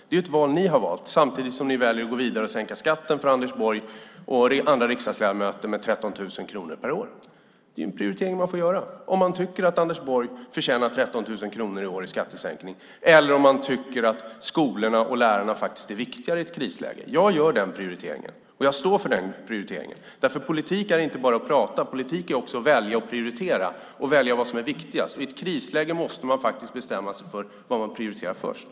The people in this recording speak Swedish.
Det är ett val ni har gjort, samtidigt som ni väljer att gå vidare och sänka skatten för Anders Borg och andra riksdagsledamöter med 13 000 kronor per år. Det är en prioritering man får göra om man tycker att Anders Borg förtjänar 13 000 kronor i år i skattesänkning eller om man tycker att skolorna och lärarna faktiskt är viktigare i ett krisläge. Jag gör den senare prioriteringen, och jag står för den prioriteringen, därför att politik är inte bara att prata, utan politik är också att välja och prioritera vad som är viktigast. Och i ett krisläge måste man bestämma sig för vad man prioriterar högst.